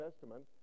Testament